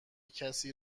کسی